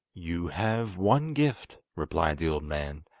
you have one gift replied the old man,